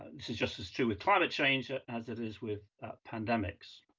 this is just as true with climate change ah as it is with pandemics.